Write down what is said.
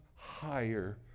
higher